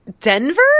Denver